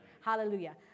Hallelujah